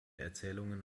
erzählungen